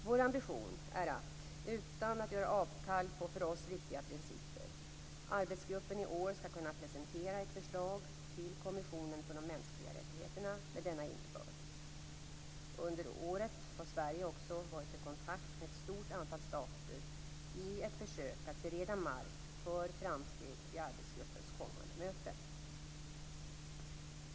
Vår ambition är att, utan att göra avkall på för oss viktiga principer, arbetsgruppen i år skall kunna presentera ett förslag till kommissionen för de mänskliga rättigheterna med denna innebörd. Under året har Sverige också varit i kontakt med ett stort antal stater i ett försök att bereda mark för framsteg vid arbetsgruppens kommande möte.